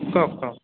কওক কওক